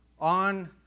on